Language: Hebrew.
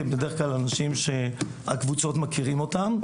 כי זה בדרך כלל אנשים שהקבוצות מכירים אותם.